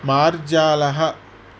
मार्जालः